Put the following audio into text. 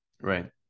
Right